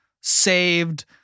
saved